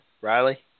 Riley